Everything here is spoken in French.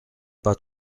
pas